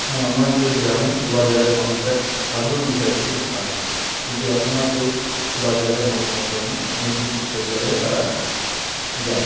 হ্যাঁ আমাদের গ্রামে খোলা জায়গায় মলত্যাগ সাধারণ বিষয় ছিল আগে কিন্তু এখন আর কেউ খোলা জায়গায় মলত্যাগ করে না নির্দিষ্ট শৌচালয়ে তারা যায়